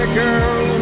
girl